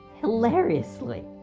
hilariously